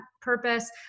purpose